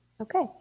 Okay